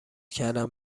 کردم